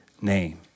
name